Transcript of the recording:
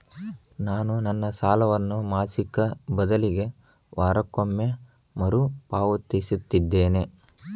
ನಾನು ನನ್ನ ಸಾಲವನ್ನು ಮಾಸಿಕ ಬದಲಿಗೆ ವಾರಕ್ಕೊಮ್ಮೆ ಮರುಪಾವತಿಸುತ್ತಿದ್ದೇನೆ